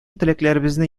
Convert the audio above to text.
теләкләребезне